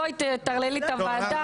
בואי תטרללי את הוועדה,